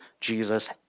Jesus